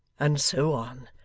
and so on.